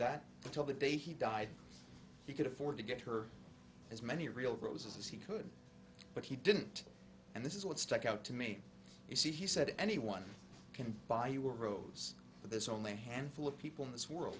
that until the day he died he could afford to give her as many real roses as he could but he didn't and this is what stuck out to me you see he said anyone can buy euros but there's only a handful of people in this world